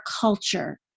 culture